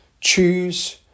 Choose